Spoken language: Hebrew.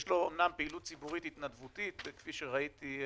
יש לו אמנם פעילות ציבורית התנדבותית לא מעטה,